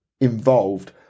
involved